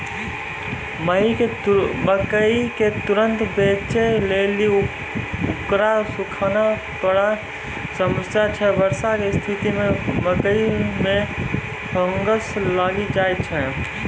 मकई के तुरन्त बेचे लेली उकरा सुखाना बड़ा समस्या छैय वर्षा के स्तिथि मे मकई मे फंगस लागि जाय छैय?